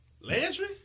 Landry